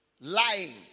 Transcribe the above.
Lying